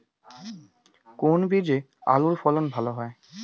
কোন বীজে আলুর ফলন ভালো হয়?